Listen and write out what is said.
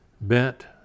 Bent